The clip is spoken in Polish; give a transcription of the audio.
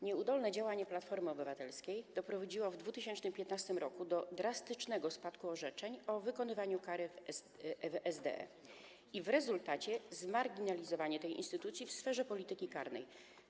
Nieudolne działanie Platformy Obywatelskiej doprowadziło w 2015 r. do drastycznego spadku orzeczeń o wykonywaniu kary w SDE i w rezultacie do zmarginalizowania tej instytucji w sferze polityki karnej.